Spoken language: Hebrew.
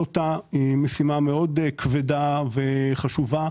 משימה כבדה מאוד וחשובה.